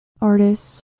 artists